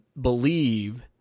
believe